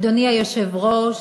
אדוני היושב-ראש,